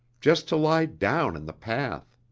just to lie down in the path!